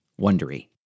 Wondery